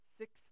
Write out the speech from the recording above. six